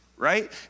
right